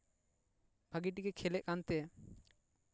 ᱵᱷᱟᱹᱜᱤ ᱴᱷᱤᱠᱮ ᱠᱷᱮᱞᱮᱜ ᱠᱟᱱ ᱛᱮ